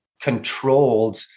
controlled